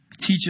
Teach